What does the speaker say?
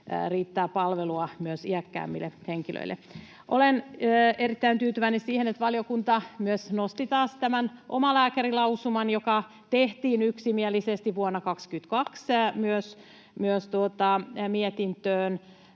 riittää palvelua myös iäkkäämmille henkilöille. Olen erittäin tyytyväinen siihen, että valiokunta myös nosti taas tämän omalääkärilausuman — joka tehtiin yksimielisesti myös vuonna 22 — mietintöön,